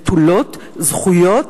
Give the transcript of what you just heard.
נטולי זכויות,